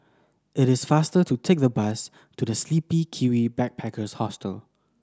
it is faster to take the bus to The Sleepy Kiwi Backpackers Hostel